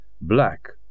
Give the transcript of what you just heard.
Black